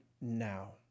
now